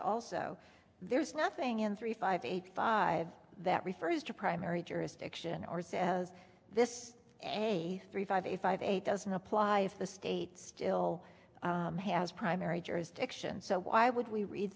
also there's nothing in three five eight five that refers to primary jurisdiction r s as this and a three five eight five eight doesn't apply if the state still has primary jurisdiction so why would we read